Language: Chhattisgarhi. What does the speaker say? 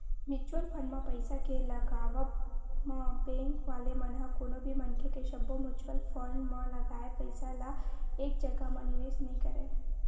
म्युचुअल फंड म पइसा के लगावब म बेंक वाले मन ह कोनो भी मनखे के सब्बो म्युचुअल फंड म लगाए पइसा ल एक जघा म निवेस नइ करय